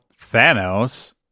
Thanos